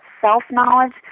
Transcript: self-knowledge